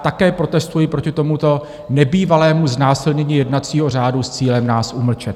Také protestuji proti tomuto nebývalému znásilnění jednacího řádu s cílem nás umlčet.